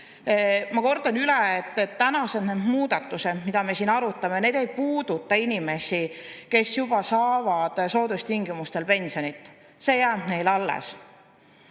ma kordan üle, et tänased muudatused, mida me siin arutame, ei puuduta inimesi, kes juba saavad soodustingimustel pensioni. See jääb neile alles.